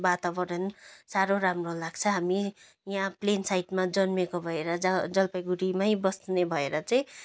वातावरण साह्रो राम्रो लाग्छ हामी यहाँ प्लेनसाइडमा जन्मेको भएर ज जलपाइगुडीमा बस्ने भएर चाहिँ